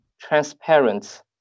transparent